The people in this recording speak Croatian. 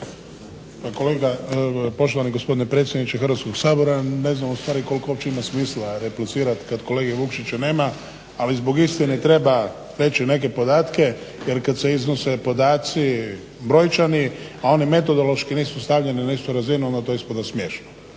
Pa kolega, poštovani gospodine predsjedniče Hrvatskog sabora, ne znam u stvari koliko uopće ima smisla replicirati kad kolege Vukšića nema, ali zbog istine treba reći neke podatke, jer kad se iznose podaci brojčani, a oni metodološki nisu stavljeni na istu razinu onda to ispada smiješno.